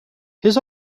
his